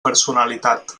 personalitat